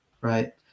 Right